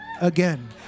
again